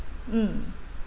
mm